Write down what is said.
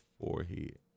forehead